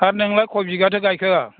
आर नोंलाय खय बिगाथो गायखो